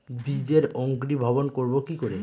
বীজের অঙ্কুরিভবন করব কি করে?